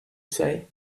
say